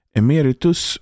emeritus